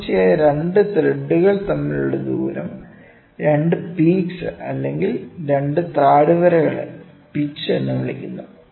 തുടർച്ചയായ 2 ത്രെഡുകൾ തമ്മിലുള്ള ദൂരം തുടർച്ചയായ 2 പീക്സ് അല്ലെങ്കിൽ 2 താഴ്വരകളെ പിച്ച് എന്ന് വിളിക്കുന്നു